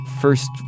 First